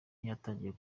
yatangiye